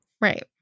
Right